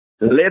Let